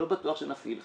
לא בטוח שנפעיל.